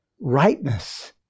rightness